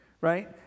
right